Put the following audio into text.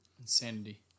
Insanity